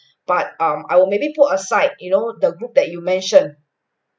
but um I will maybe put aside you know the group that you mention